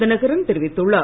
தினகரன் தெரிவித்துள்ளார்